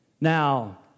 Now